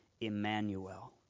Emmanuel